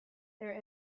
there